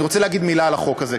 אני רוצה להגיד מילה על החוק הזה,